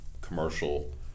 commercial